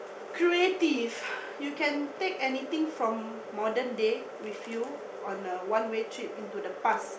creative you can take anything from modern day with you on a one way trip into the past